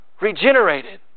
regenerated